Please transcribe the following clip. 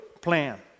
plan